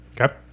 Okay